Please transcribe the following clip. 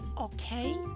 okay